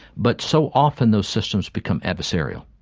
but so often those systems become adversarial.